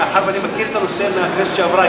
מאחר שאני מכיר את הנושא מהכנסת שעברה,